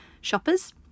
shoppers